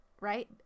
right